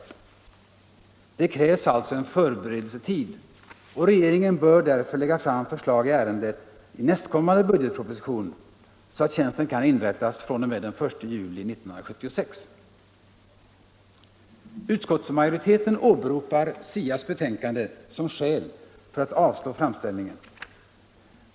Det krävs alltså en förberedelsetid, och regeringen bör därför lägga fram förslag i ärendet i nästkommande budgetproposition, så att tjänsten kan inrättas fr.o.m. den 1 juli 1976. Utskottsmajoriteten åberopar SIA:s betänkande som skäl för att avstyrka framställningen.